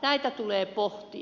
näitä tulee pohtia